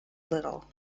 little